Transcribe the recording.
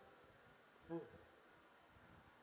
mm